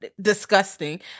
disgusting